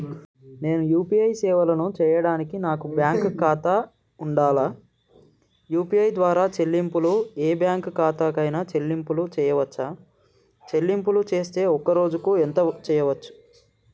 నేను యూ.పీ.ఐ సేవలను చేయడానికి నాకు బ్యాంక్ ఖాతా ఉండాలా? యూ.పీ.ఐ ద్వారా చెల్లింపులు ఏ బ్యాంక్ ఖాతా కైనా చెల్లింపులు చేయవచ్చా? చెల్లింపులు చేస్తే ఒక్క రోజుకు ఎంత చేయవచ్చు?